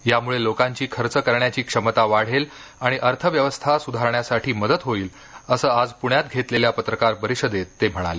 यामुळे लोकांची खर्च करण्याची क्षमता वाढेल आणि अर्थव्यवस्था सुधारण्यासाठी मदत होईल असं आज पुण्यात घेतलेल्या पत्रकार परिषदेत ते म्हणाले